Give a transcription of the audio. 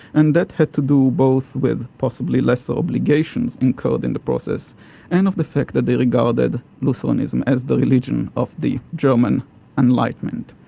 and that had to do both with, possibly lesser obligations incurred in the process and of the fact that they regarded lutheranism as the religion of the german enlightenment.